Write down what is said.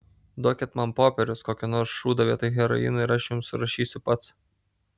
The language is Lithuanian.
duokit man popieriaus kokio nors šūdo vietoj heroino ir aš jums surašysiu pats